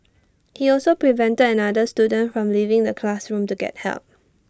he also prevented another student from leaving the classroom to get help